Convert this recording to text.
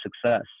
success